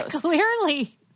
Clearly